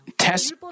Test